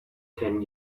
ten